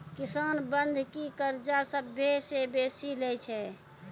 किसान बंधकी कर्जा सभ्भे से बेसी लै छै